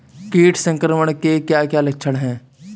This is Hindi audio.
कीट संक्रमण के क्या क्या लक्षण हैं?